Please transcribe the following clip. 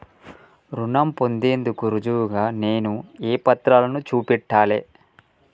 రుణం పొందేందుకు రుజువుగా నేను ఏ పత్రాలను చూపెట్టాలె?